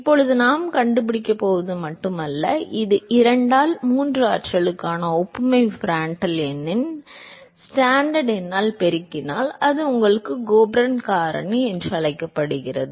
இப்போது நாம் கண்டுபிடிக்கப் போவது மட்டுமல்ல இது 2 ஆல் 3 ஆற்றலுக்கான ஒப்புமை பிராண்டல் எண்ணை ஸ்டாண்டன் எண்ணால் பெருக்கினால் அது உங்களுக்கு கோல்பர்ன் காரணி என்று அழைக்கப்படுகிறது